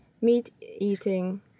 Meat-eating